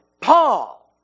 Paul